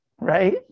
Right